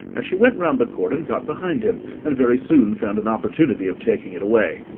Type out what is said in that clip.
and she went round the court and got behind him, and very soon found an opportunity of taking it away.